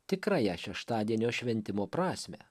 tikrąją šeštadienio šventimo prasmę